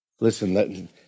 Listen